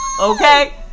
okay